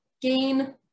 gain